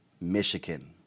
Michigan